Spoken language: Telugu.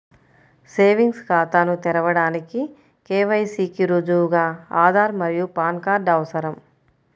సేవింగ్స్ ఖాతాను తెరవడానికి కే.వై.సి కి రుజువుగా ఆధార్ మరియు పాన్ కార్డ్ అవసరం